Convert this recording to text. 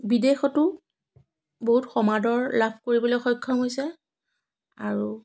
বিদেশতো বহুত সমাদৰ লাভ কৰিবলৈ সক্ষম হৈছে আৰু